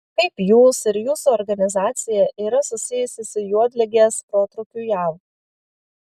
kaip jūs ir jūsų organizacija yra susijusi su juodligės protrūkiu jav